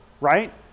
right